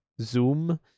Zoom